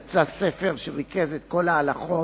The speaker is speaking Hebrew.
יצא ספר שריכז את כל ההלכות,